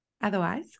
Otherwise